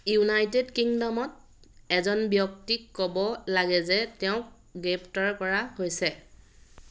United কিংডমত এজন ব্যক্তিক ক'ব লাগে যে তেওঁক গ্ৰেপ্তাৰ কৰা হৈছে